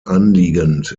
anliegend